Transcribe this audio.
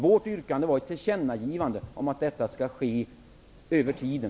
Vårt yrkande innebär ett tillkännagivande om att detta skall ske över tiden.